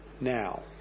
now